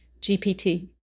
GPT